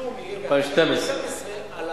התשלום יהיה ב-2012 על